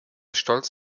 stolz